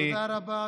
תודה רבה.